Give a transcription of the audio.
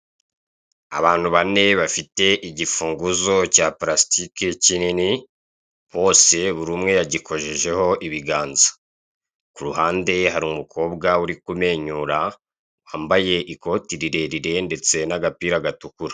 Abantu bane bafite igifunguzo cya palasitiki kinini, bose buri umwe yagikojejeho ibiganza, ku ruhande ye hari umukobwa uri kumwenyura, wambaye ikoti rirerire ndetse n'agapira gatukura.